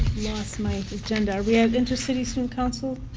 lost my agenda. we have intercity student council?